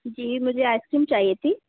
जी मुझे आइसक्रीम चाहिए थी